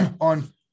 on